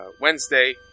Wednesday